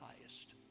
highest